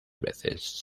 veces